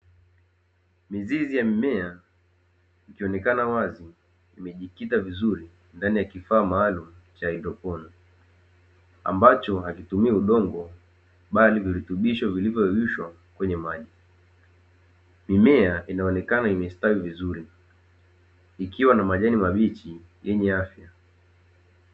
Mizizi ya mimea ikionekana wazi imejikita vizuri ndani ya kifaa maalumu cha haidroponi, ambacho hakitumii udongo bali virutubisho vilivoyeyushwa kwenye maji, mimea inaonekana imestawi vizuri ikiwa na majani mabichi yenye afya.